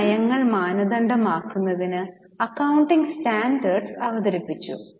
ഈ നയങ്ങൾ മാനദണ്ഡമാക്കുന്നതിന് അക്കൌണ്ടിംഗ് സ്റ്റാൻഡേർഡ്സ് അവതരിപ്പിച്ചു